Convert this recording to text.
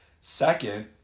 second